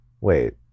Wait